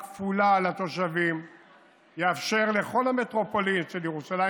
כפולה לתושבים יאפשר לכל המטרופולין של ירושלים